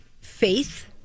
faith